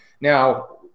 Now